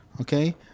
Okay